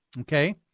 Okay